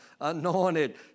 anointed